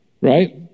Right